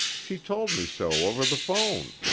she told me so over the phone.